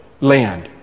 land